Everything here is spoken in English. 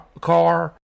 car